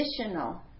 additional